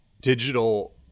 digital